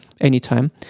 Anytime